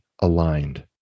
aligned